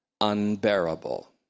unbearable